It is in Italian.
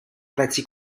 prezzi